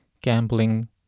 gambling